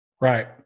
Right